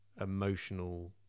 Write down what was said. emotional